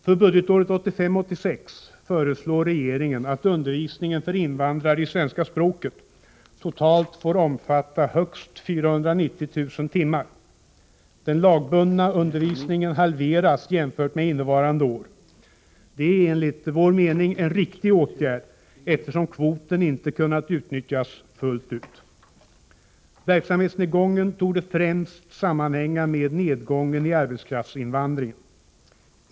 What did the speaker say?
För budgetåret 1985/86 föreslår regeringen att undervisningen för invandrare i svenska språket totalt får omfatta högst 490 000 timmar. Den lagbundna undervisningen halveras jämfört med innevarande år. Det är enligt vår mening en riktig åtgärd, eftersom kvoten inte kunnat utnyttjas fullt ut. Verksamhetsnedgången torde främst sammanhänga med nedgången i arbetskraftsinvandringen.